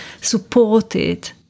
supported